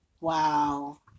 Wow